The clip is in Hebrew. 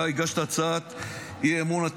אתה הגשת הצעת אי-אמון,